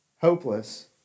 hopeless